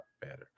better